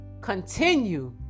continue